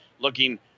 looking